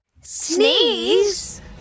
Sneeze